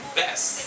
best